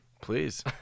Please